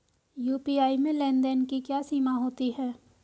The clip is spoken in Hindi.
यू.पी.आई में लेन देन की क्या सीमा होती है?